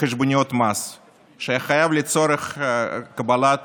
חשבוניות מס שהוא חייב לצורך קבלת